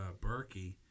Berkey